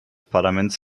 parlaments